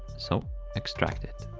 so extract it.